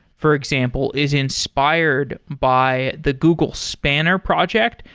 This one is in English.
for example, is in spired by the google spanner project.